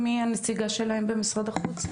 מי הנציגה שלהם במשרד החוץ?